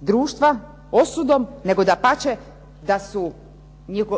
društva osudom, nego dapače da su